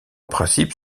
principe